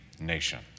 nation